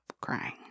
crying